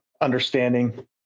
understanding